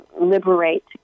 liberate